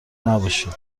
نباشین